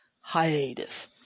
hiatus